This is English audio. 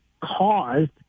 caused